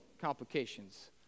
complications